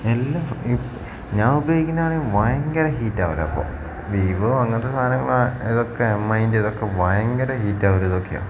എല്ലാം ഞാൻ ഉപയോഗിക്കുന്നത് ആണെങ്കിൽ ഭയങ്കര ഹീറ്റാവൽ ഇപ്പം വിവോ അങ്ങനത്തെ സാധനങ്ങളാണ് ഇതൊക്കെ എംഐൻ്റെ ഇതൊക്കെ ഭയങ്കര ഹീറ്റാവൽ ഇഇതൊക്കെയാണ്